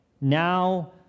now